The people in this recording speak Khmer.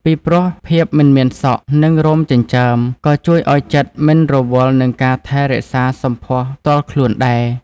ពីព្រោះ ភាពមិនមានសក់ និងរោមចិញ្ចើម ក៏ជួយឲ្យចិត្តមិនរវល់នឹងការថែរក្សាសម្ផស្សផ្ទាល់ខ្លួនដែរ។